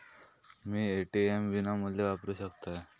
मी ATM विनामूल्य वापरू शकतय?